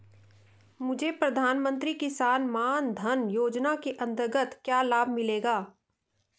मुझे प्रधानमंत्री किसान मान धन योजना के अंतर्गत क्या लाभ मिलेगा?